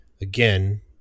again